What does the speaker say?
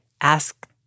ask